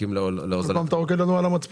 מחכים להוזלת --- עוד פעם אתה רוקד לנו על המצפון?